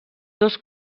dos